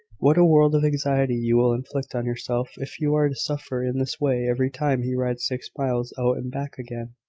what a world of anxiety you will inflict on yourself if you are to suffer in this way every time he rides six miles out and back again!